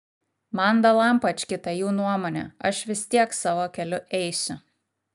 man dalampački ta jų nuomonė aš vis tiek savo keliu eisiu